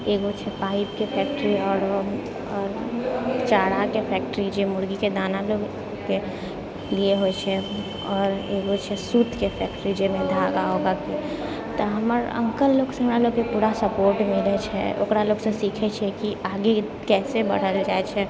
एगो छै पाइपके फैक्ट्री आओरो आओर चाराके फैक्ट्री जे मुर्गीके दाना लोकके लिए होइ छै आओर एगो छै सूतके फैक्ट्री जाहिमे धागा उगा तऽ हमर अङ्कल लोकसँ हमरा लोकके पूरा सपोर्ट मिलै छै ओकरा लोकसँ सिखै छिए कि आगे कइसे बढ़ल जाइ छै